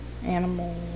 Animal